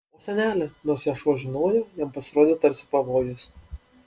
o senelė nors ją šuo žinojo jam pasirodė tarsi pavojus